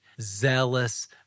zealous